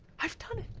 i've done it!